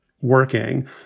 working